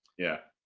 yeah.